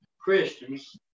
Christians